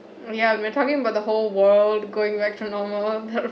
ya we're talking about the whole world going